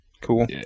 Cool